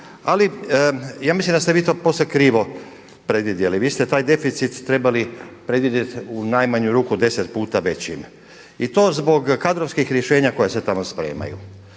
ali mislim da ste vi to posve krivo predvidjeli. Vi ste taj deficit trebali predvidjeti u najmanjem ruku 10 puta većim i to zbog kadrovskih rješenja koje se tamo spremaju.